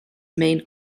main